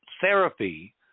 therapy